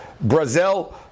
Brazil